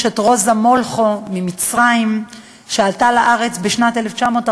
יש את רוזה מולכו ממצרים, שעלתה לארץ בשנת 1949,